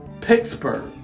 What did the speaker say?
Pittsburgh